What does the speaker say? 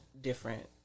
different